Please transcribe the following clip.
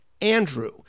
Andrew